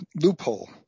loophole